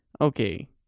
okay